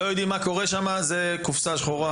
לא יודעים מה קורה שם וזאת קופסא שחורה,